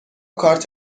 کارت